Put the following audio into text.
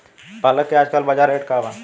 पालक के आजकल बजार रेट का बा?